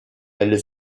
elle